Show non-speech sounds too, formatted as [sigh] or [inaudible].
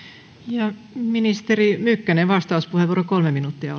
ministeri mykkänen vastauspuheenvuoro kolme minuuttia [unintelligible]